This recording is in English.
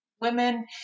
women